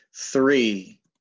three